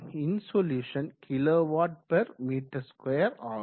இன்சொலுசன் kWm2 ஆகும்